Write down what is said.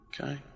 Okay